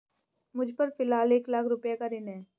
मुझपर फ़िलहाल एक लाख रुपये का ऋण है